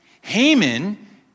Haman